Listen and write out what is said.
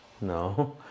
no